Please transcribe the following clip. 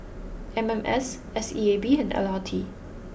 M M S S E A B and L R T